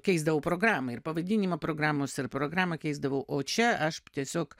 keisdavau programą ir pavadinimą programos ir programą keisdavau o čia aš tiesiog